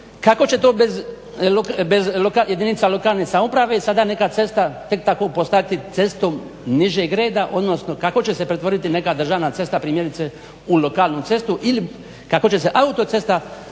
Kako će to bez jedinica lokalne samouprave sada neka cesta tek tako postati cestom nižeg reda odnosno kako će se pretvoriti neka državna cesta primjerice u lokalnu cestu ili kako će se autocesta